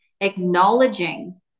acknowledging